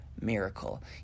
miracle